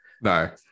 No